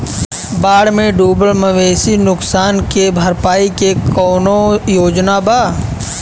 बाढ़ में डुबल मवेशी नुकसान के भरपाई के कौनो योजना वा?